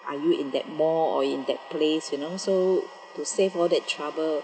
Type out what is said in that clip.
are you in that mall or in that place you know so to save all that trouble